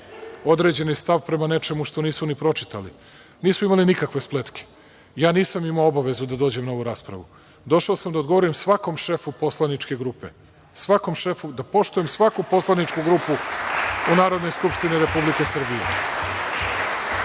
određeni stav prema nečemu što nisu ni pročitali. Nismo imali nikakve spletke. Ja nisam imao obavezu da dođem na ovu raspravu. Došao sam da odgovorim svakom šefu poslaničke grupe, da ispoštujem svaku poslaničku grupu u Narodnoj skupštini Republike Srbije